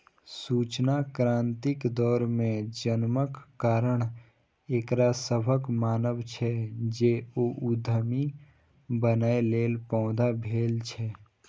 सूचना क्रांतिक दौर मे जन्मक कारण एकरा सभक मानब छै, जे ओ उद्यमी बनैए लेल पैदा भेल छै